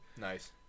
nice